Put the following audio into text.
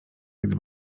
gdy